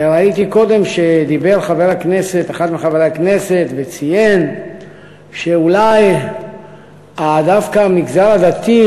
וראיתי קודם שדיבר אחד מחברי הכנסת וציין שאולי דווקא המגזר הדתי,